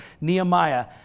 Nehemiah